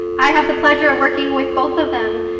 i have the pleasure of working with both of them.